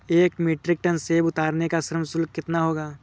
एक metric tonne सेव उतारने का श्रम शुल्क कितना होगा?